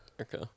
Okay